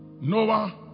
Noah